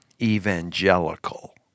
evangelical